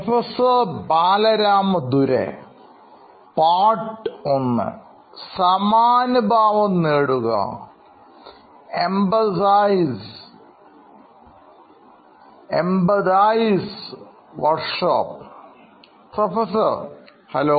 professor hello